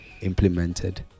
implemented